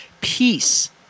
Peace